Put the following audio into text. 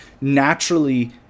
naturally